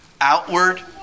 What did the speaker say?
Outward